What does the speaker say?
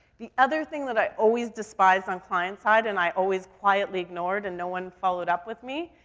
the other thing that i always despised on client side, and i always quietly ignored, and no one followed up with me,